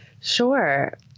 Sure